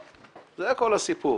זה כל הסיפור,